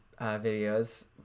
videos